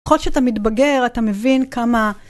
בכל שאתה מתבגר, אתה מבין כמה...